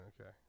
Okay